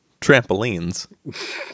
trampolines